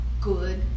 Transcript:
good